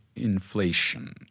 Inflation